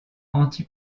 anti